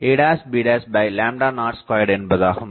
4 ab02 என்பதாகும்